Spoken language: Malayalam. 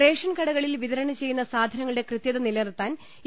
റേഷൻ കടകളിൽ വിതരണം ചെയ്യുന്ന സാധനങ്ങളുടെ കൃത്യത നില നിർത്താൻ ഇ